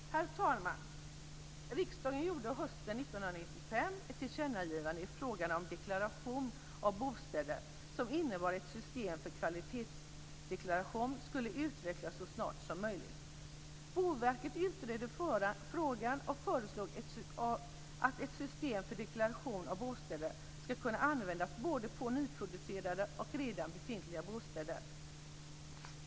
Herr talman! Riksdagen gjorde hösten 1995 ett tillkännagivande i frågan om deklaration av bostäder, som innebar att ett system för kvalitetsdeklaration skulle utvecklas så snart som möjligt. Boverket utredde frågan och föreslog att ett system för deklaration av bostäder ska kunna användas både på nyproducerade och redan befintliga bostäder.